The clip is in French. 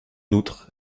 outre